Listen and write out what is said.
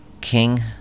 king